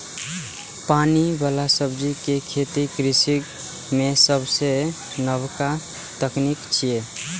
पानि बला सब्जी के खेती कृषि मे सबसं नबका तकनीक छियै